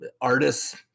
artists